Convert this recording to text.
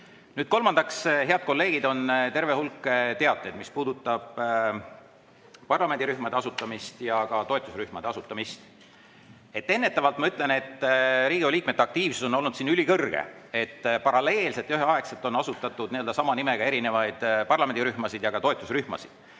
seadusele. Head kolleegid, on terve hulk teateid, mis puudutavad parlamendirühmade asutamist ja ka toetusrühmade asutamist. Ennetavalt ütlen, et Riigikogu liikmete aktiivsus on olnud ülikõrge, paralleelselt ja üheaegselt on asutatud sama nimega erinevaid parlamendirühmasid ja toetusrühmasid.